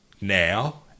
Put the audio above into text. now